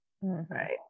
right